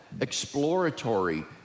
exploratory